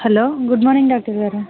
hello good morning doctor గారు